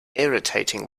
irritating